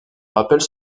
rappelle